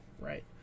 right